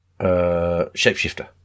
shapeshifter